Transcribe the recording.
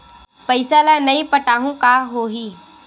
पईसा ल नई पटाहूँ का होही?